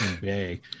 Bay